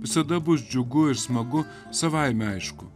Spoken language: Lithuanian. visada bus džiugu ir smagu savaime aišku